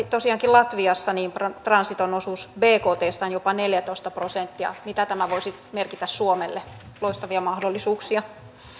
tosiaankin latviassa transiton osuus bktstä on jopa neljätoista prosenttia mitä tämä voisi merkitä suomelle loistavia mahdollisuuksia